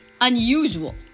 unusual